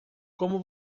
como